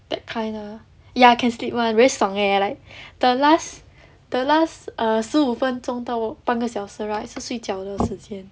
that kind ah ya can sleep [one] very 爽 eh I like the last the last err 十五分钟到半个小时 right 是睡觉的时间